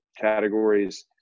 categories